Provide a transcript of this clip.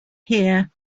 hear